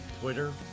Twitter